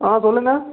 ஆ சொல்லுங்கள்